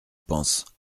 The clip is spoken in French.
pense